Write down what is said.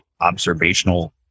observational